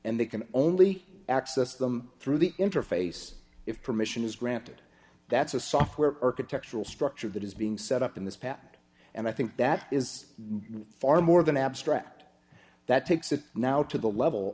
and they can only access them through the interface if permission is granted that's a software architectural structure that is being set up in this pat and i think that is far more than abstract that takes it now to the level